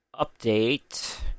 update